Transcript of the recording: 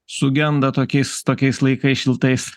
sugenda tokiais tokiais laikais šiltais